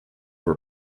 were